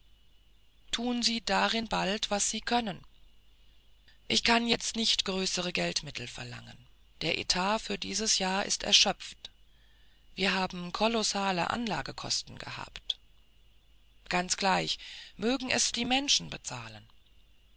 tun sie darin bald was sie tun können ich kann jetzt nicht größere geldmittel verlangen der etat für dieses jahr ist erschöpft wir haben kolossale anlagekosten gehabt ganz gleich mögen es die menschen bezahlen